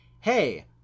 hey